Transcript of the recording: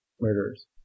murderers